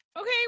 Okay